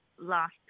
last